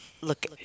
Look